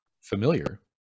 familiar